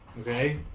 Okay